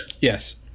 yes